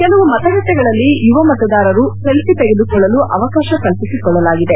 ಕೆಲವು ಮತಗಟ್ಟೆಗಳಲ್ಲಿ ಯುವ ಮತದಾರರು ಸೆಲ್ವಿ ತೆಗೆದುಕೊಳ್ಳಲು ಅವಕಾಶ ಕಲ್ಪಿಸಲಾಗಿದೆ